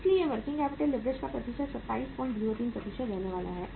इसलिए working capital leverage का प्रतिशत 2703 रहने वाला है